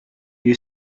you